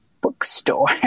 bookstore